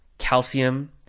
calcium